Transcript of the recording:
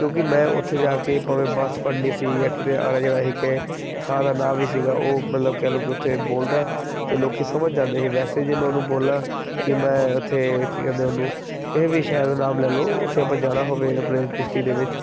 ਕਿਉਂਕਿ ਮੈਂ ਉੱਥੇ ਜਾ ਕੇ ਭਾਵੇਂ ਬੱਸ ਫੜਨੀ ਸੀ ਜਾਂ ਕਿਤੇ ਆਉਣਾ ਜਾਣਾ ਸੀ ਕਿਸੇ ਥਾਂ ਦਾ ਨਾਮ ਵੀ ਸੀਗਾ ਉਹ ਮਤਲਬ ਕਹਿ ਲਓ ਕਿ ਉੱਥੇ ਬੋਲਦਾ ਅਤੇ ਲੋਕ ਸਮਝ ਜਾਂਦੇ ਸੀ ਵੈਸੇ ਜੇ ਮੈਂ ਉਹਨੂੰ ਬੋਲਾਂ ਕਿ ਮੈਂ ਉੱਥੇ ਕੀ ਕਹਿੰਦੇ ਉਹਨੂੰ ਕਿਸੇ ਵੀ ਸ਼ਾਇਦ ਨਾਮ ਲੈ ਲਓ ਉੱਥੇ ਆਪਾਂ ਜਾਣਾ ਹੋਵੇ ਆਪਣੇ ਡਿਸਟ੍ਰਿਕ ਦੇ ਵਿੱਚ